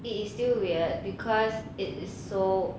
it is still weird because it is so